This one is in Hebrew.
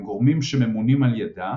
עם גורמים שממונים על ידה,